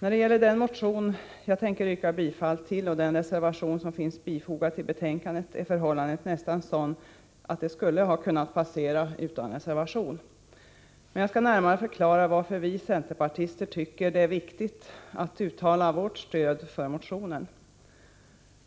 När det gäller den motion jag tänker yrka bifall till och reservation 2 i betänkandet är förhållandet nästan sådant, att det hela skulle ha kunnat passera utan reservation. Men jag skall närmare förklara varför vi centerpartister tycker det är viktigt att uttala vårt stöd för motionen.